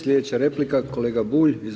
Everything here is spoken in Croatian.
Sljedeća replika kolega Bulj.